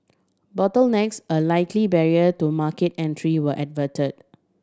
bottlenecks a likely barrier to market entry were averted